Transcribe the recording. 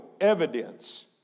evidence